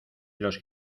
los